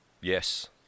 Yes